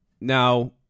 Now